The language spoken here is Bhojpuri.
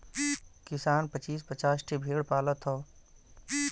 किसान पचीस पचास ठे भेड़ पालत हौ